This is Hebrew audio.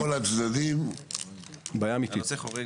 שמענו את כל הצדדים --- הנושא חורג